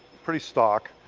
pretty stock,